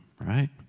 right